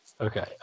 Okay